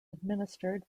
administered